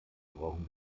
brauchen